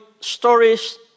stories